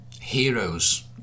heroes